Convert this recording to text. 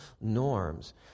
norms